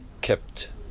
kept